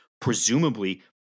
presumably